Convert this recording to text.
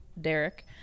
Derek